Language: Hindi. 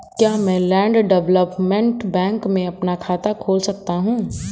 क्या मैं लैंड डेवलपमेंट बैंक में अपना खाता खोल सकता हूँ?